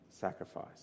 sacrifice